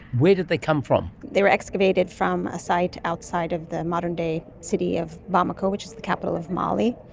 where did they come from? they were excavated from a site outside of the modern-day city of bamako, which is the capital of mali.